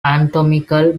anatomical